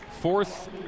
Fourth